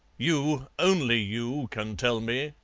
you only you can tell me,